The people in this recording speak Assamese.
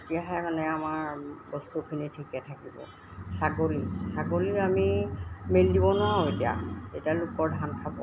তেতিয়াহে মানে আমাৰ বস্তুখিনি ঠিকে থাকিব ছাগলী ছাগলী আমি মেলি দিব নোৱাৰো এতিয়া এতিয়া লোকৰ ধান খাব